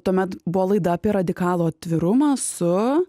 tuomet buvo laida apie radikalų atvirumą su